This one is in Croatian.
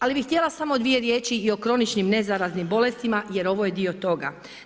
Ali bi htjela samo dvije riječi i o kroničnim nezaraznim bolestima jer ovo je dio toga.